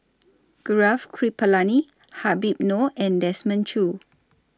Gaurav Kripalani Habib Noh and Desmond Choo